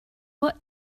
what